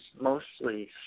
mostly